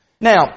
Now